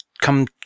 come